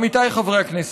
עמיתיי חברי הכנסת,